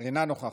אינה נוכחת.